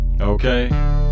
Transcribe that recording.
Okay